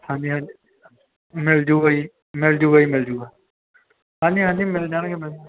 ਹਾਂਜੀ ਹਾਂਜੀ ਮਿਲ ਜੂਗਾ ਜੀ ਮਿਲ ਜੂਗਾ ਜੀ ਮਿਲ ਜੂਗਾ ਹਾਂਜੀ ਹਾਂਜੀ ਮਿਲ ਜਾਣਗੇ ਮਿਲ